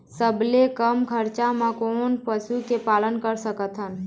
सबले कम खरचा मा कोन पशु के पालन कर सकथन?